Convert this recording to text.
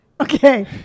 Okay